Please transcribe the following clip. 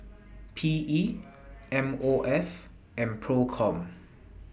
P E M O F and PROCOM